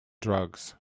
drugs